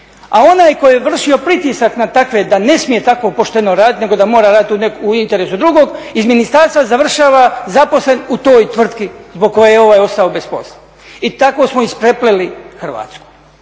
A onaj tko je vršio pritisak na takve da ne smije tako pošteno raditi nego da mora raditi u interesu drugog iz ministarstva završava zaposlen u toj tvrtki zbog koje je ovaj ostao bez posla. I tako smo isprepleli Hrvatsku.